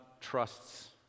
trusts